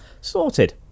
sorted